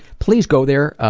please go there,